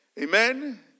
Amen